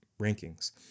rankings